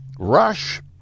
rush